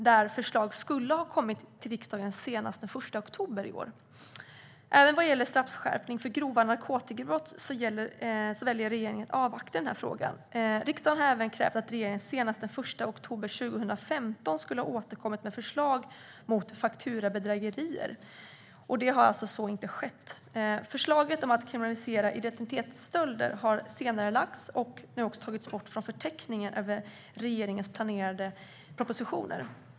Där skulle förslag ha kommit till riksdagen senast den 1 oktober i år. Även vad gäller straffskärpning för grova narkotikabrott väljer regeringen att avvakta. Riksdagen har även krävt att regeringen senast den 1 oktober 2015 skulle återkomma med förslag mot fakturabedrägerier. Så har alltså inte skett. Förslaget om att kriminalisera identitetsstölder har senarelagts och nu också tagits bort från förteckningen över regeringens planerade propositioner.